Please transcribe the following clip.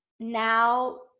Now